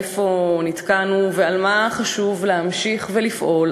איפה נתקענו ובמה חשוב להמשיך לפעול,